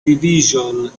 division